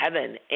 heaven